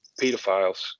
pedophiles